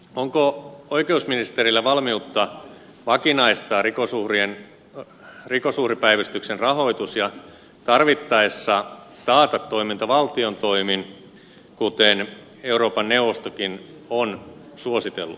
onko oikeusministerillä valmiutta vakinaistaa rikosuhripäivystyksen rahoitus ja tarvittaessa taata toiminta valtion toimin kuten euroopan neuvostokin on suositellut